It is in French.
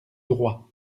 droit